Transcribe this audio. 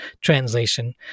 translation